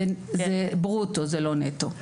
זה ברוטו, לא נטו,